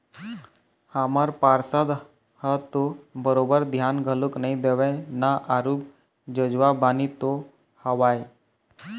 हमर पार्षद ह तो बरोबर धियान घलोक नइ देवय ना आरुग जोजवा बानी तो हवय